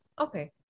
Okay